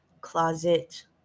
closet